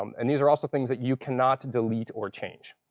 um and these are also things that you cannot delete or change.